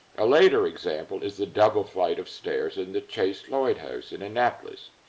a later example is the double flight of stairs in the chase-lloyd house in annapolis.